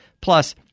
Plus